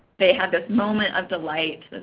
they had this moment of delight,